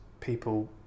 people